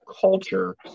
culture